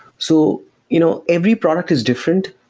so you know every product is different.